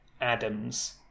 Adams